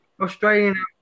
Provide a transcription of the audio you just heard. Australian